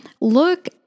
look